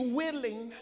willing